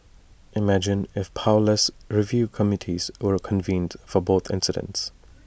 imagine if only powerless review committees were convened for both incidents